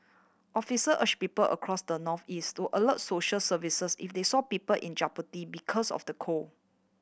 officer urge people across the northeast to alert social services if they saw people in jeopardy because of the cold